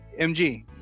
MG